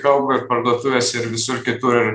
kalba ir parduotuvėse ir visur kitur ir